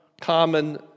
common